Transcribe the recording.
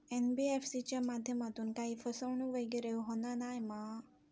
NBFC च्या माध्यमातून काही फसवणूक वगैरे होना नाय मा?